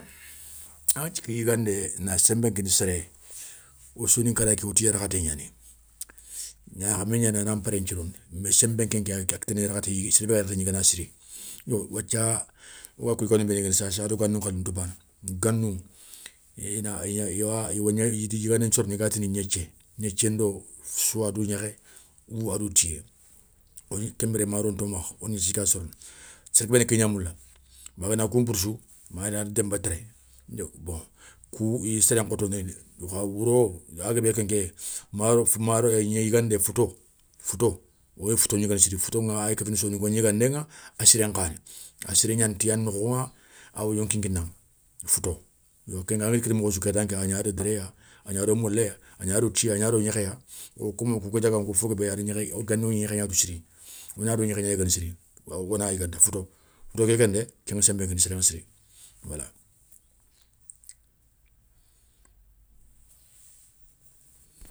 Aŋa djiki yigandé na sénbé nkini séré, wo soninkara ken iti yarakhaté gnani, gnakhamé gnani a na npéré nthirondi, mé senbé nké nké kéni sereba ga yarakhatana siri, yo wathia woga kou yigandou béni yigana sassa a do gani gnigandou nta bana, gani ina yigandé nthiorono i ga tini gnithié gniété ndo soi a do gnékhé ou ado, ou ado tiyé, ken biré maro nto makha wona dji ké ya sorono, séré guébé na ké gna moula, ma gana ken poutou sou magana gna denba téré, bon kou iya séren khotondini, kha wouro a guébé kenké, maro gna yigandé fouto, fouto wogni fouto gnigana siri, foutoŋa a ya kéfini soninko gnigandéŋa, a sirén khé yani a siré gnani ti a nokhoŋa, awa yonki kinaŋa fouto, yo keŋa angada kenkita mokho sou a gna ado déré ya agna ado molé ya, agna ado tiyé ya a do gnékhé ya, wo comme wo kou gadiaganko fo guébé a ri gnékhé gani wogni gnékhé gna tou siri. wo gna do gnékhé gna yigana siri wo na yigana ta fouto, fouto kendé keŋa senbé kina séréŋa siri wala.